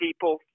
people